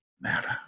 matter